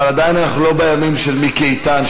אבל עדיין אנחנו עוד לא בימים של מיקי איתן,